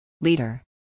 Leader